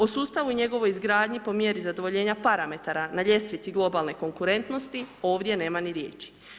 O sustavu i njegovoj izgradnji po mjeri zadovoljenja parametara na ljestvici globalne konkurentnosti ovdje nema ni riječi.